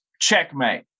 Checkmate